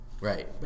Right